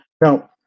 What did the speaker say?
Now